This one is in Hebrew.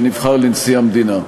שנבחר לנשיא המדינה.